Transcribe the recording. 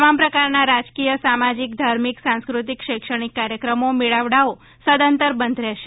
તમામ પ્રકારના રાજકીય સામાજિક ધાર્મિક સાંસ્કૃતિક શૈક્ષણિક કાર્યક્રમો મેળાવડાઓ સદંતર બંધ રહેશે